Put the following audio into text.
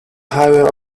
highway